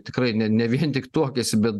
tikrai ne ne vien tik tuokiasi bet